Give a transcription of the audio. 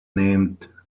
named